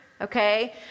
Okay